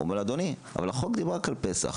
אומר לו: אדוני, אבל החוק דיבר רק על פסח.